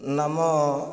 ନାମ